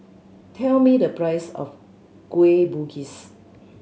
tell me the price of Kueh Bugis